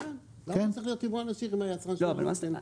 לא לא,